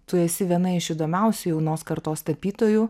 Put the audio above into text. tu esi viena iš įdomiausių jaunos kartos tapytojų